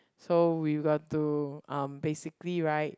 so we got to um basically right